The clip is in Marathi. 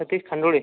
सतीश खांडोळे